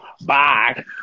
Bye